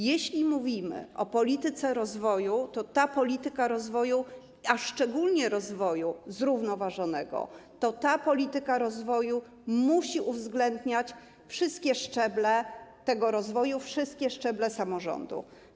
Jeśli mówimy o polityce rozwoju, a szczególnie rozwoju zrównoważonego, to ta polityka rozwoju musi uwzględniać wszystkie szczeble tego rozwoju, wszystkie szczeble samorządu.